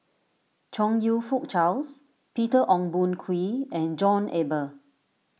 Chong You Fook Charles Peter Ong Boon Kwee and John Eber